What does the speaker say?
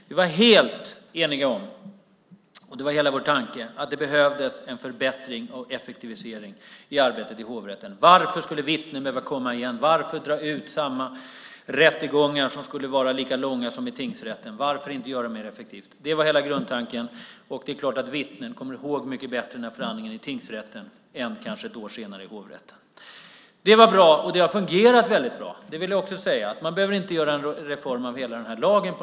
Vi var helt eniga om, och det var hela vår tanke, att det behövdes en förbättring och effektivisering av arbetet i hovrätten. Varför skulle vittnen behöva komma igen? Varför dra ut rättegångarna så att de blev lika långa som i tingsrätten? Varför inte göra arbetet med effektivt? Det var grundtanken. Det är klart att vittnen minns bättre under förhandlingen i tingsrätten än kanske ett år senare i hovrätten. Det var bra, och det har fungerat bra, vill jag också säga. Man behöver inte göra en reform av hela lagen.